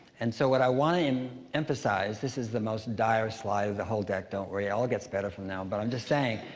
and so, what i wanna emphasize this is the most dire slide of the whole deck, don't worry, it all gets better from now, but i'm just saying.